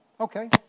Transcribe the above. Okay